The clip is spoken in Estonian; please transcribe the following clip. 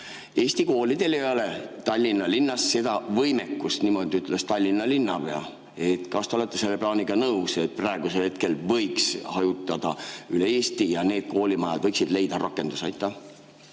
eesti koolidel ei ole Tallinna linnas seda võimekust. Niimoodi ütles Tallinna linnapea. Kas te olete selle plaaniga nõus, et praegusel hetkel võiks [põgenikud] hajutada üle Eesti ja need koolimajad võiksid leida rakenduse?